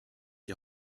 die